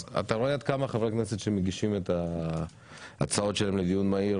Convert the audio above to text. אז אתה רואה עד כמה חברי הכנסת שמגישים את ההצעות שלהם לדיון מהיר,